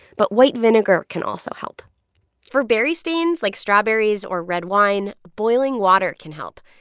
but white vinegar can also help for berry stains, like strawberries or red wine, boiling water can help.